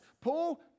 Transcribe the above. Paul